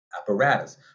Apparatus